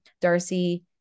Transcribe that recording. darcy